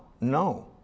no